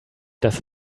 dass